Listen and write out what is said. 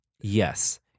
Yes